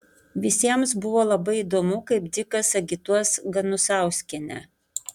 visiems buvo labai įdomu kaip dzikas agituos ganusauskienę